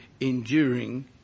enduring